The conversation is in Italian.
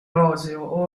roseo